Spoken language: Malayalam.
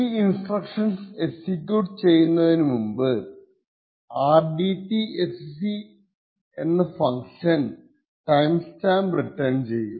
ഈ ഇൻസ്ട്രക്ഷൻസ് എക്സിക്യൂട്ട് ചെയ്യുന്നതിന് മുമ്പ് rdtsc function time stamp return ചെയ്യും